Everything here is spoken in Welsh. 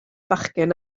bachgen